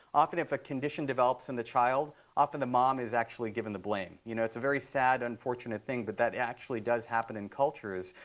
often if a condition develops in the child, often the mom is actually given the blame. you know, it's a very sad, unfortunate thing, but that actually does happen in cultures.